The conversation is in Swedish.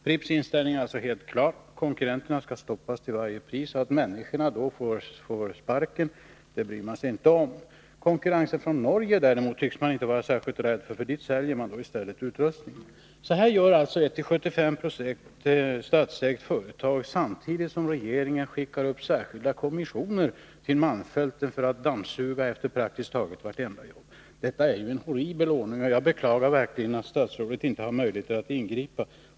Pripps inställning är alltså helt klar; konkurrenterna skall stoppas till varje pris. Att de anställda då får sparken bryr man sig inte om. Konkurrensen från Norge tycks man däremot inte vara särskilt rädd för. I stället säljer man utrustning dit. På detta sätt handlar alltså ett till 75 90 statsägt företag samtidigt som regeringen skickar upp särskilda kommissioner till malmfälten för att så att säga dammsuga efter praktiskt taget varenda jobb. Detta är en horribel ordning. Jag beklagar verkligen att statsrådet inte har möjligheter att ingripa.